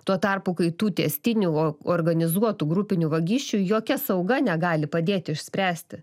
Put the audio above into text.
tuo tarpu kai tų tęstinių o organizuotų grupinių vagysčių jokia sauga negali padėti išspręsti